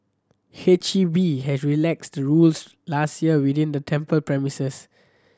H E B has relaxed the rules last year within the temple premises